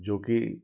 जो की